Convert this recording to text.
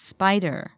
Spider